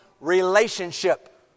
relationship